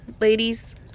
ladies